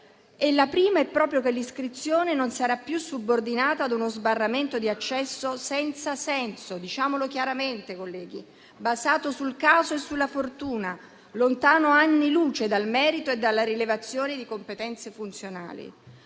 La prima è proprio che l'iscrizione non sarà più subordinata ad uno sbarramento di accesso senza senso, diciamolo chiaramente, colleghi, basato sul caso e sulla fortuna, lontano anni luce dal merito e dalla rilevazione di competenze funzionali.